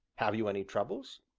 have you any troubles?